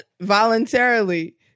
voluntarily